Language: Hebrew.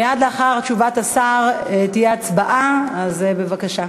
מייד לאחר תשובת השר תהיה הצבעה, אז בבקשה.